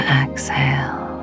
exhale